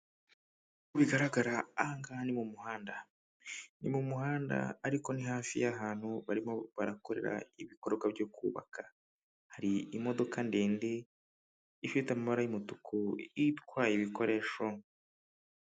Mu bigaragara aha ngaha ni mu muhanda, ni mu muhanda ariko ni hafi y'ahantu barimo barakorera ibikorwa byo kubaka. Hari imodoka ndende, ifite amabara y'umutuku, itwaye ibikoresho.